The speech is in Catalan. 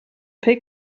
fer